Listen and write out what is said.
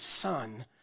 son